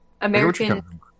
American